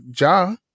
Ja